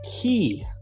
key